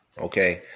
okay